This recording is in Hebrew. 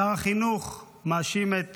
שר החינוך מאשים את